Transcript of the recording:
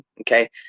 okay